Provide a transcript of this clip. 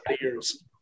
years